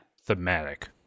Thematic